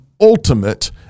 ultimate